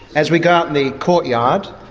as we go out in the courtyard.